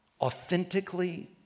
authentically